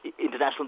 international